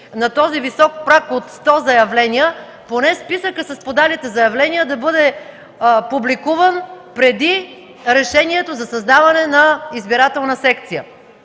на този висок праг от 100 заявления. Поне списъкът с подалите заявления да бъде публикуван преди решението за създаване на избирателна секция.